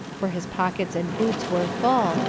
for his pockets and boots were full,